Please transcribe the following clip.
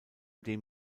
dem